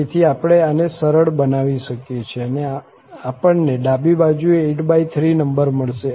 તેથી આપણે આને સરળ બનાવી શકીએ છીએ અને આપણને ડાબી બાજુએ 83 નંબર મળશે